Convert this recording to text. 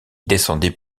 descendait